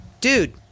Dude